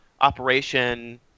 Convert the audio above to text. operation